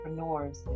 entrepreneurs